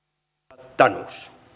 arvoisa herra puhemies